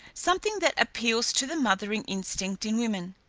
something that appeals to the mothering instinct in women.